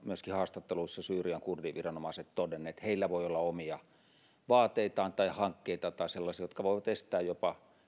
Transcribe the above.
myöskin haastatteluissa syyrian kurdiviranomaiset todenneet heillä voi olla omia vaateitaan tai hankkeitaan tai sellaisia jotka voivat jopa